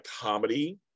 comedy